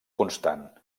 constant